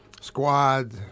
squad